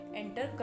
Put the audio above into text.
enter